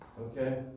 okay